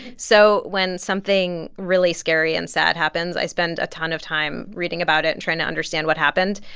so when something really scary and sad happens, i spend a ton of time reading about it and trying to understand what happened.